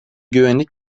güvenlik